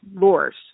lures